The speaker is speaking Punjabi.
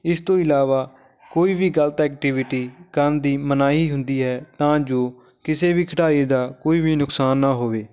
ਇਸ ਤੋਂ ਇਲਾਵਾ ਕੋਈ ਵੀ ਗਲਤ ਐਕਟੀਵਿਟੀ ਕਰਨ ਦੀ ਮਨਾਹੀ ਹੁੰਦੀ ਹੈ ਤਾਂ ਜੋ ਕਿਸੇ ਵੀ ਖਿਡਾਰੀ ਦਾ ਕੋਈ ਵੀ ਨੁਕਸਾਨ ਨਾ ਹੋਵੇ